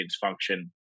function